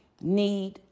need